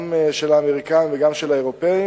גם של האמריקנים וגם של האירופים.